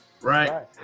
Right